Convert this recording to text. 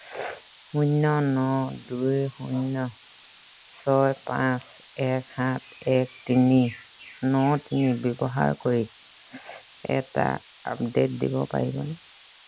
শূন্য ন দুই শূন্য ছয় পাঁচ এক সাত এক তিনি ন তিনি ব্যৱহাৰ কৰি এটা আপডে'ট দিব পাৰিবনে